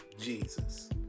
Jesus